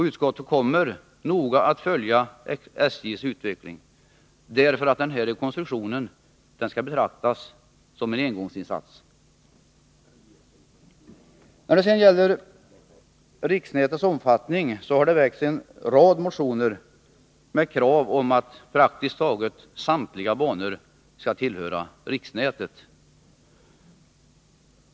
Utskottet kommer att noga följa SJ:s utveckling. Denna rekonstruktion skall nämligen betraktas som en engångsinsats. När det sedan gäller riksnätets omfattning har väckts en rad motioner med krav på att praktiskt taget samtliga banor skall tillhöra riksnätet.